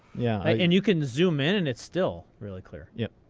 yeah. and you can zoom in and it's still really clear. yeah